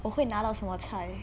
我会拿到什么菜